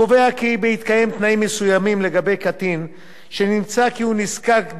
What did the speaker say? קובע כי בהתקיים תנאים מסוימים לגבי קטין שנמצא כי הוא נזקק,